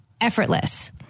effortless